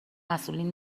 مسئولین